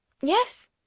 Yes